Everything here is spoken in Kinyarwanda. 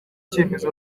ikemezo